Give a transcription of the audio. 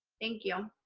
thank you.